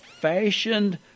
fashioned